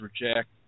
reject